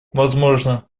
возможно